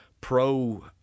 pro-